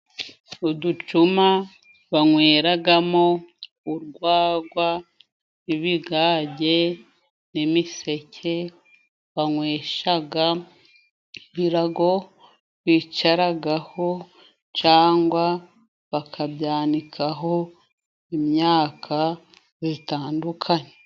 Uducuma banyweramo urwagwa, n'ibigage n'imiseke banywesha, ibirago bicaraho cyangwa bakabyanikaho imyaka itandukanye.